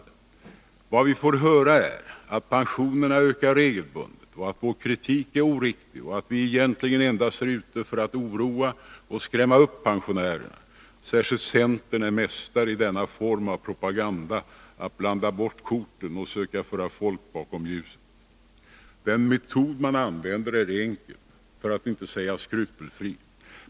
Vad vi får höra 159 Sättet att fastställa är, att pensionerna ökar regelbundet, att vår kritik är oriktig och att vi egentligen endast är ute efter att oroa och skrämma upp pensionärerna. Särskilt centern är mästare i denna form av propaganda — att blanda bort korten och söka föra folk bakom ljuset. Den metod man använder är enkel, för att inte säga skrupelfri.